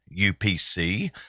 UPC